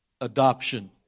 Adoption